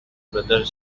brother